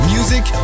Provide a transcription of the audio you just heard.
Music